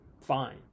fine